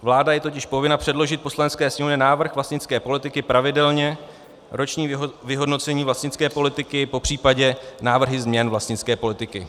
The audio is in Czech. Vláda je totiž povinna předložit Poslanecké sněmovně návrh vlastnické politiky pravidelně, roční vyhodnocení vlastnické politiky, popř. návrhy změn vlastnické politiky.